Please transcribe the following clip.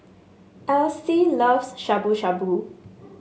Alyse loves Shabu Shabu